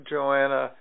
Joanna